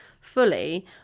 fully